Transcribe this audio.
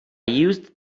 used